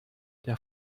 der